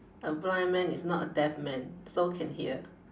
a blind man is not a deaf man so can hear